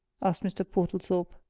asked mr. portlethorpe.